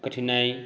कठिनाइ